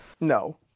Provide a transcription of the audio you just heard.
no